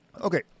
Okay